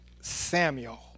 Samuel